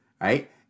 right